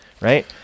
Right